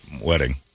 wedding